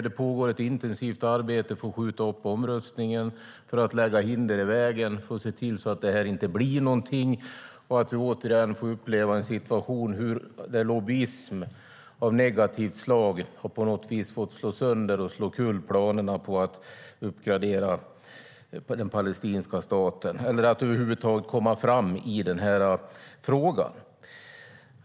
Det pågår ett intensivt arbete för att skjuta upp omröstningen, lägga hinder i vägen och se till att det inte blir någonting av detta, så att vi återigen får uppleva en situation där lobbyism av negativt slag på något vis har fått slå sönder och slå omkull planerna på att uppgradera den palestinska staten eller att över huvud taget komma framåt i den här frågan.